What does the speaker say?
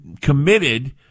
committed